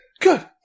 good